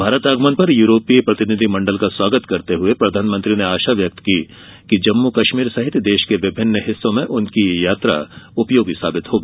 भारत आगमन पर यूरोपीय प्रतिनिधिमंडल का स्वागत करते हुए प्रधानमंत्री ने आशा व्यक्त की कि जम्मू कश्मीर सहित देश के विभिन्न हिस्सों में उनकी यह यात्रा उपयोगी साबित होगी